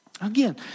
Again